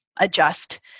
adjust